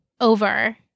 over